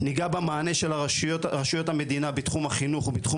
ניגע במענה של הרשויות המדינה בתחום החינוך ובתחום